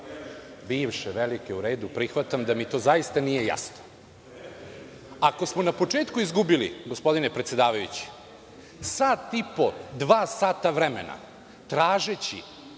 bivše velike, u redu, prihvatam da mi to zaista nije jasno. Ako smo na početku izgubili gospodine predsedavajući, sat i po, dva sata vremena tražeći